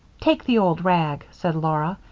take the old rag, said laura.